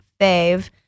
fave